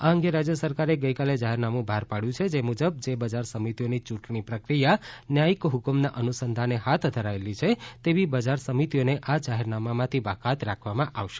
આ અંગે રાજ્ય સરકારે ગઈકાલે જાહેરનામું બહાર પાડ્યું છે જે મુજબ જે બજાર સમિતિઓની યૂંટણી પ્રક્રિયા ન્યાયિક હુકુમના અનુસંધાને હાથ ધરાયેલી છે તેવી બજાર સમિતિઓને આ જાહેરનામામાંથી બાકાત રાખવામાં આવશે